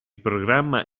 programma